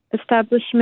establishment